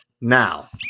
now